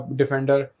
defender